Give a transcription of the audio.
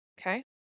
Okay